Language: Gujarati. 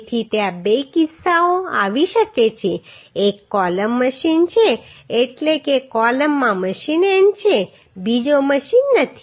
તેથી ત્યાં બે કિસ્સાઓ આવી શકે છે એક કૉલમ મશીન્ડ છે એટલે કે કૉલમમાં મશિન એન્ડ છે બીજો મશિન નથી